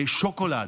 שוקולד.